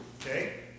Okay